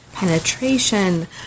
Penetration